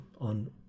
on